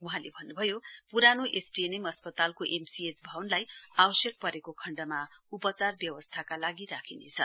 वहाँले भन्नुभयो पुरानो एसटीएनएम अस्पतालको एमसीएच भवनलाई आवश्यक परेको खण्डमा उपचारको व्यवस्थाका लागि राखिनेछ